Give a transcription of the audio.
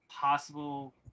possible –